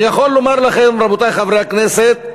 אני יכול לומר לכם, רבותי חברי הכנסת,